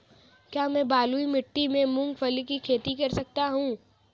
क्या मैं बालू मिट्टी में मूंगफली की खेती कर सकता हूँ?